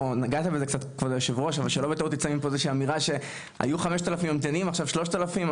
זה שאמירה שהיו 5000 ממתינים ועכשיו 3000,